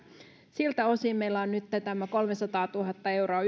siltä osin meillä on nyt yhteensä kolmesataatuhatta euroa